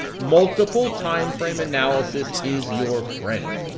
multiple timeframe analysis is your friend.